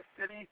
City